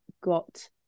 got